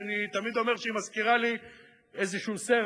שאני תמיד אומר שהיא מזכירה לי איזה סרט,